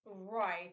right